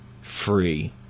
free